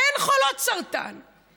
אין חולות סרטן,